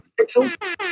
Pixels